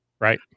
Right